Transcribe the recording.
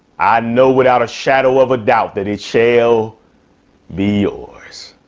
i know. without a shadow of a doubt that it shale be yours.